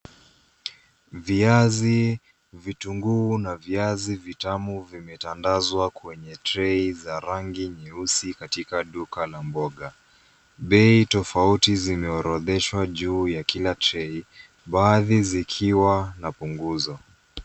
Viazi, vitunguu na viazi vitamu vimetandazwa kwenye trei za rangi nyeusi, katika duka la mboga. Bei tofauti zimeorodheshwa juu ya kila trei, baadhi zikiwa na punguzo.